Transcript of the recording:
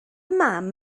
mam